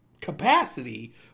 capacity